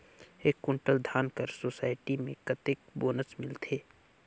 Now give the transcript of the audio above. एक कुंटल धान कर सोसायटी मे कतेक बोनस मिलथे?